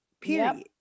Period